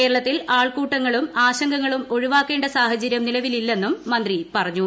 കേരളത്തിൽ ആൾക്കൂട്ടങ്ങളും ആശങ്കകളും ഒഴിവാക്കേണ്ട സാഹചരൃം നിലവിലില്ലെന്നും മന്ത്രി പറഞ്ഞു